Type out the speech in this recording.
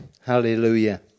Hallelujah